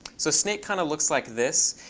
so snake kind of looks like this.